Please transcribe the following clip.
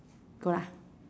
got ah